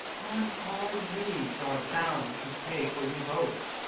on our knees, are bound to pray for you both.